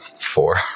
Four